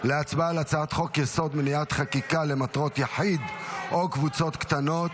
להצבעה על הצעת חוק-יסוד: מניעת חקיקה למטרות יחיד או קבוצות קטנות.